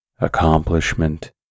accomplishment